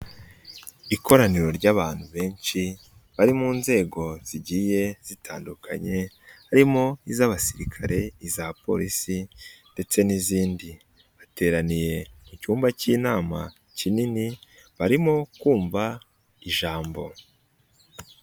Ikoraniro ry'abantu benshi, bari mu nzego zigiye zitandukanye, harimo iz'abasirikare, iza polisi ndetse n'izindi, bateraniye mu cyumba cy'inama kinini, barimo kumva ijambo.